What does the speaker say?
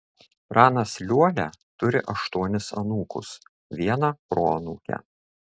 pranas liuolia turi aštuonis anūkus vieną proanūkę